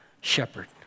shepherd